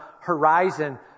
horizon